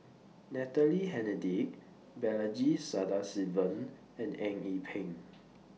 Natalie Hennedige Balaji Sadasivan and Eng Yee Peng